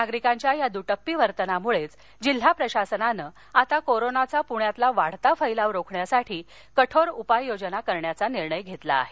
नागरिकांच्या या द्टप्पी वर्तनामुळेच जिल्हा प्रशासनाने आता कोरोनाचा पुण्यातील वाढता फैलाव रोखण्यासाठी कठोर उपाय योजना करण्याचा निर्णय घेतला आहे